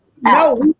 No